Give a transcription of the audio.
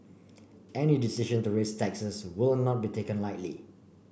any decision to raise taxes will not be taken lightly